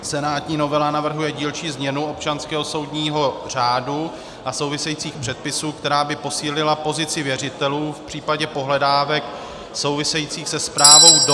Senátní novela navrhuje dílčí změnu občanského soudního řádu a souvisejících předpisů, která by posílila pozici věřitelů v případě pohledávek souvisejících se správou domu...